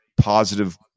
positive